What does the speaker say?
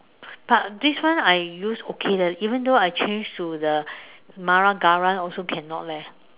but this one I use okay leh even though I changed to the mara-gara one also cannot leh